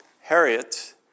Harriet